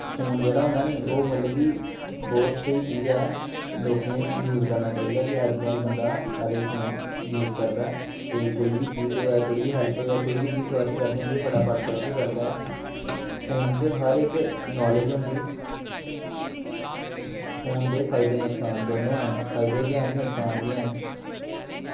phone जेह्ड़ा होंदा नी ओह् मतलव कि बौह्त स्हेई चीज़ ऐ लोकें गी यूस करना चाही दा कि अज कल बंदा हर इक फोन यूस करदा ऐ ते कोई बी चीज़ होए कोई बी हैल्प होऐ कोई बी चीज़ सर्च करनी होऐ सर्च करदा ऐ फोन च हर इक नॉलेज होंदी फोन दे फायदे नुकसान दोनो हैन फायदे बी हैन ते नुकसान बी हैन